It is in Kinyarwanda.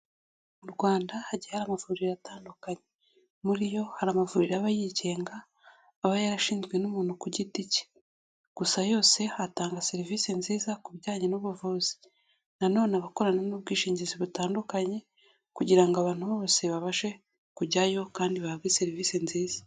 Mu Rwanda hagiye hari amavuriro atandukanye muri yo hari amavuriro aba yigenga aba yarashinzwe n'umuntu ku giti cye, gusa yose atanga serivisi nziza ku bijyanye n'ubuvuzi, nanone aba akorana n'ubwishingizi butandukanye kugira abantu bose babashe kujyayo kandi bahabwe serivisi nziza.